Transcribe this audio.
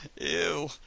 Ew